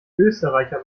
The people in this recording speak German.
österreicher